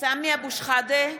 סמי אבו שחאדה,